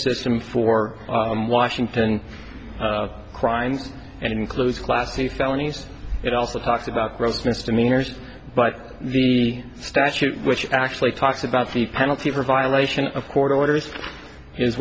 system for washington crimes and includes class three felonies it also talks about gross misdemeanors but the statute which actually talks about the penalty for violation of court orders is